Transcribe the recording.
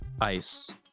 ice